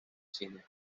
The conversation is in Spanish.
cine